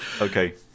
Okay